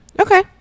okay